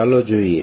ચાલો જોઇએ